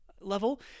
level